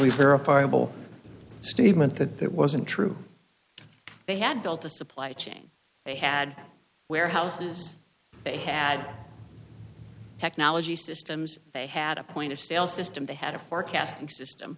verifiable statement that that wasn't true they had built a supply chain they had warehouses they had technology systems they had a point of sale system they had a forecasting system